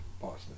Boston